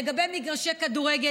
לגבי מגרשי כדורגל,